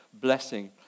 blessing